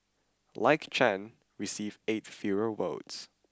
like Chen received eight fewer votes